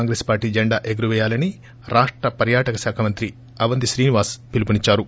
Congress party జెండా ఎగురవేయాలని రాష్ట పర్యాటక శాఖ మంత్రి అవంతి శ్రీనివాస్ పిలుపునిచ్చారు